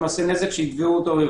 ואם יעשה נזק שיתבעו אותו.